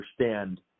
understand